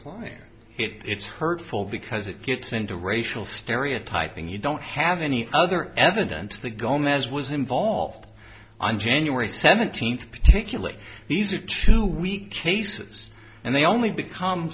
client it's hurtful because it gets into racial stereotyping you don't have any other evidence that gomez was involved on january seventeenth particularly these are two weak cases and they only become